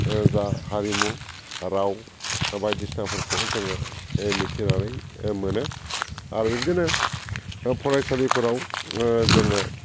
जा हारिमु राव बायदिसिनाफोरखौ जोङो मिथिनानै मोनो आरो बिदिनो फरायसालिफोराव जोङो